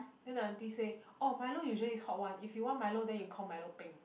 then the auntie say orh milo usually is hot one if you want milo then you call milo peng